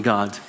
God